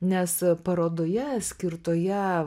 nes parodoje skirtoje